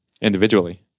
individually